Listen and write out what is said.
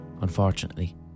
unfortunately